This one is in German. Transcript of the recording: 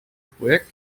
projekt